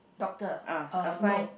doctor uh no